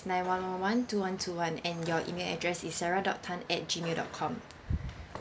nine one one one two one two one and your email address is sarah dot tan at gmail dot com